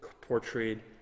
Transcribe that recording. portrayed